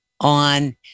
on